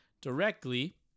directly